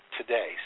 today